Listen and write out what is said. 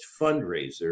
fundraiser